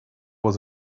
was